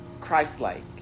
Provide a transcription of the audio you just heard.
Christ-like